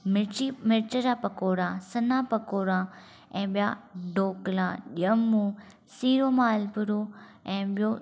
मिर्ची मिर्च जा पकौड़ा सन्हा पकौड़ा ऐं ॿिया ढोकला ॼमूं सीरो मालपुरो ऐं ॿियो